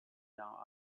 now